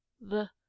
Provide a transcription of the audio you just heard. The